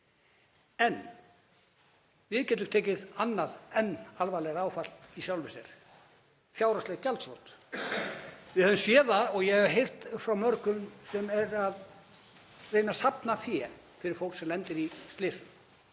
En við getum tekið annað enn alvarlegra áfall í sjálfu sér; fjárhagslegt gjaldþrot. Við höfum séð það og ég hef heyrt frá mörgum sem eru að reyna að safna fé fyrir fólk sem lendir í slysum.